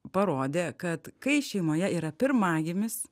parodė kad kai šeimoje yra pirmagimis